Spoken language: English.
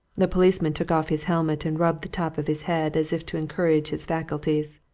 the policeman took off his helmet and rubbed the top of his head as if to encourage his faculties.